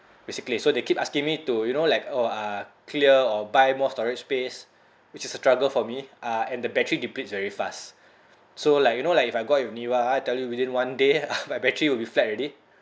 basically so they keep asking me to you know like oh uh clear or buy more storage space which is a struggle for me uh and the battery depletes very fast so like you know like if I go out with you ah I tell you within one day my battery will be flat already